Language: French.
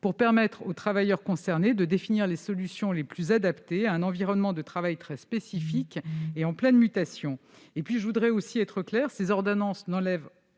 pour permettre aux travailleurs concernés de définir les solutions les plus adaptées à un environnement de travail très spécifique et en pleine mutation. Je voudrais être claire : ces ordonnances n'enlèvent